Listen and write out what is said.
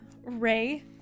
Ray